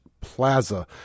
Plaza